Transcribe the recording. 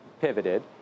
pivoted